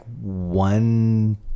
one